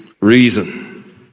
reason